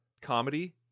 comedy